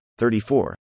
34